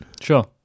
Sure